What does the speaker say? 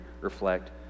reflect